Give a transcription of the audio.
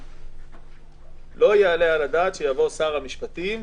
לא ייתכן ששר המשפטים,